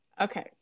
okay